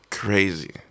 crazy